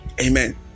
amen